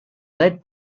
led